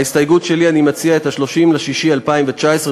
בהסתייגות שלי אני מציע את 30 ביוני 2019,